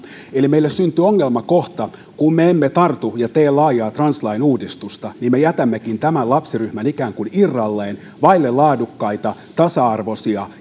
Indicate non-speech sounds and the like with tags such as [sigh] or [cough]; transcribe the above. eli meille syntyy ongelmakohta kun me emme tartu ja tee laajaa translain uudistusta niin me jätämmekin tämän lapsiryhmän ikään kuin irralleen vaille laadukkaita tasa arvoisia [unintelligible]